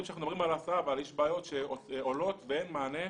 אנחנו מדברים על הסעה אבל יש בעיות שעולות ואין מענה.